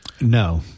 no